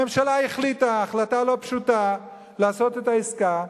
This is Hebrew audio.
הממשלה החליטה החלטה לא פשוטה לעשות את העסקה.